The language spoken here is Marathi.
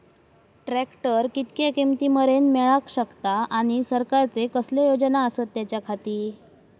ट्रॅक्टर कितक्या किमती मरेन मेळाक शकता आनी सरकारचे कसले योजना आसत त्याच्याखाती?